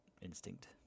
instinct